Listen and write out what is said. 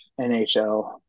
NHL